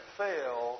fail